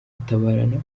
gutabarana